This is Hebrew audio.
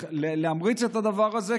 ולהמריץ את הדבר הזה,